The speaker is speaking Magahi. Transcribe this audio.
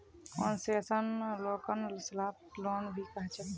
कोन्सेसनल लोनक साफ्ट लोन भी कह छे